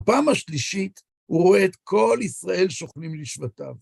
פעם השלישית הוא רואה את כל ישראל שוכנים לשבטיו.